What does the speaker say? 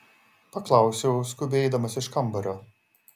paklausiau skubiai eidamas iš kambario